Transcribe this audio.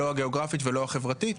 לא הגיאוגרפית ולא החברתית.